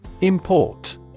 Import